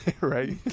right